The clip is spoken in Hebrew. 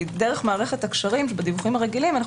כי דרך מערכת הקשרים בדיווחים הרגילים אנחנו